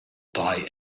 die